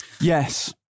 Yes